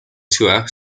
tour